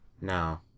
No